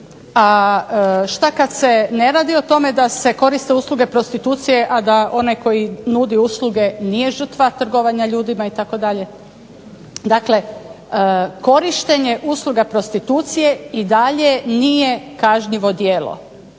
A šta kad se ne radi o tome da se koriste usluge prostitucije, a da onaj koji nudi usluge nije žrtva trgovanja ljudima itd. Dakle, korištenje usluga prostitucije i dalje nije kažnjivo djelo,